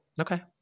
Okay